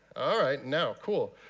all right now, cool.